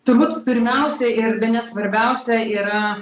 turbūt pirmiausia ir bene svarbiausia yra